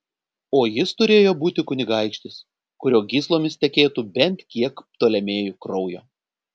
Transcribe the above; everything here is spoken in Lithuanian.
o jis turėjo būti kunigaikštis kurio gyslomis tekėtų bent kiek ptolemėjų kraujo